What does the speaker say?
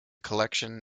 collection